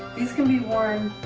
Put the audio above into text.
these can be worn